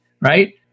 Right